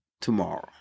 tomorrow